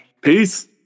peace